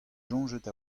soñjet